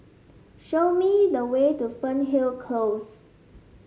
show me the way to Fernhill Close